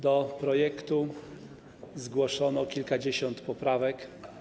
Do projektu zgłoszono kilkadziesiąt poprawek.